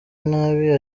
nabi